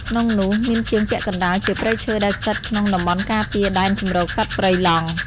ក្នុងនោះ មានជាងពាក់កណ្តាលជាព្រៃឈើដែលស្ថិតក្នុងតំបន់ការពារដែនជម្រកសត្វព្រៃឡង់។